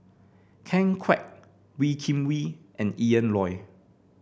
Ken Kwek Wee Kim Wee and Ian Loy